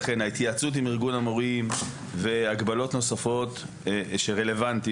לכן ההתייעצות עם ארגון המורים והגבלות נוספות שרלוונטיות,